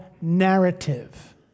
narrative